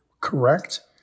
correct